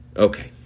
Okay